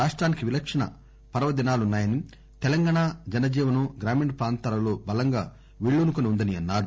రాష్టానికి విలక్షణ పర్వదినాలున్నాయని తెలంగాణా జన జీవనం గ్రామీణ ప్రాంతాలలో బలంగా వెళ్ళూనుకుని ఉందని అన్నారు